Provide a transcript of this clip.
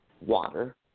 water